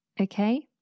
Okay